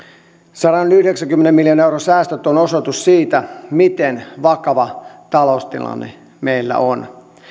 sadanyhdeksänkymmenen miljoonan euron säästöt ovat osoitus siitä miten vakava taloustilanne meillä on